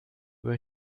were